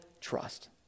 trust